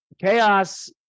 chaos